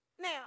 Now